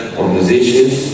organizations